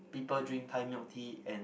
people drink Thai milk tea and